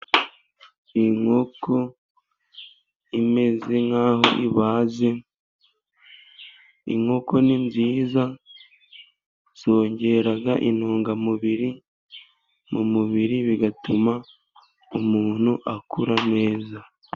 Inkoko imeze nk'aho ibaze, inkoko ni nziza zongera intungamubiri mu mubiri bigatuma umuntu akura neza.